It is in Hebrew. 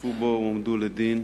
שהשתתפו בו הועמדו לדין